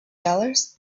dollars